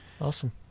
Awesome